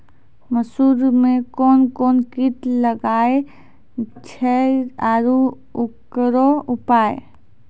मसूर मे कोन कोन कीट लागेय छैय आरु उकरो उपाय?